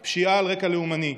היא פשיעה על רקע לאומני,